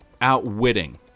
outwitting